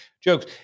jokes